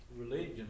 religion